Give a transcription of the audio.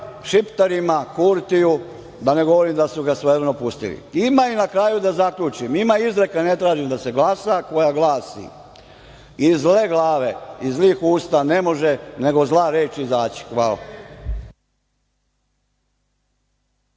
Šiptarima, Kurtiju, da ne govorim da su ga svojevremeno pustili. Ima, i na kraju da zaključim, izreka, ne tražim da se glasa, koja glasi - iz zle glave, iz zlih usta, ne može nego zla reč izaći. Hvala.